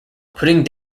putting